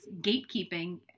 gatekeeping